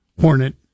hornet